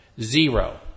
Zero